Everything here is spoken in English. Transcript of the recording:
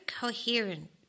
coherent